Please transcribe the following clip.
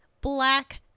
black